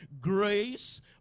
grace